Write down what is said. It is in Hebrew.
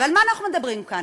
ועל מה אנחנו מדברים כאן?